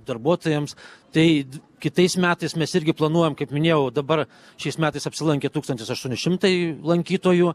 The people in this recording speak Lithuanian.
darbuotojams tai kitais metais mes irgi planuojam kaip minėjau dabar šiais metais apsilankė tūkstantis aštuoni šimtai lankytojų